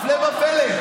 הפלא ופלא: